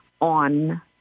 on